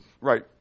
Right